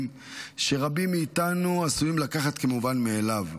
שרבים מאיתנו עשויים לקחת כמובנים מאליהם,